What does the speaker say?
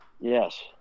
yes